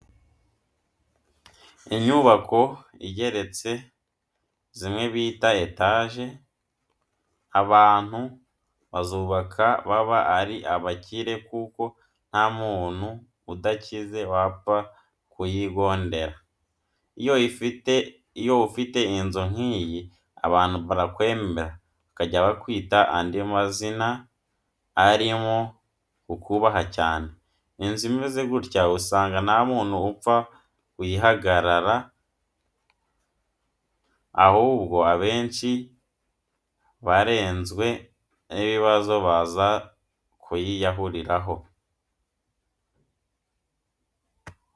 Inyubako igeretse zimwe bita etaje, abantu bazubaka baba ari abakire kuko nta muntu udakize wapfa kuyigondera. Iyo ufite inzu nk'iyi abantu barakwemera bakajya bakwita andi mazina arimo kukubaha cyane. Inzu imeze gutya usanga nta muntu upfa kuyihangara ahubwo abenshi barenzwe n'ibibazo baza kuyiyahuriraho.